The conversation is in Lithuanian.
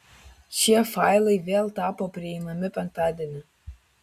šie failai vėl tapo prieinami penktadienį